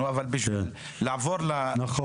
למה לא?